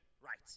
right